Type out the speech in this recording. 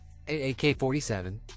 AK-47